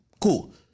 Cool